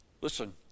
Listen